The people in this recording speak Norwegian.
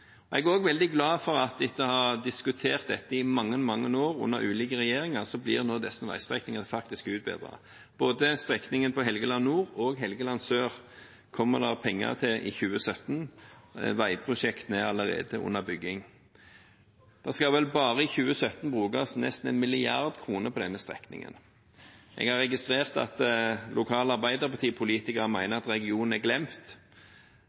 Jeg er også veldig glad for – etter å ha diskutert dette i mange, mange år under ulike regjeringer – at disse veistrekningene faktisk blir utbedret. Både for strekningen på Helgeland nord og Helgeland sør kommer det penger til i 2017. Veiprosjektene er allerede under bygging. Det skal bare i 2017 brukes nesten 1 mrd. kr på denne strekningen. Jeg har registrert at lokale arbeiderpartipolitikere mener at regionen er glemt.